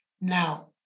Now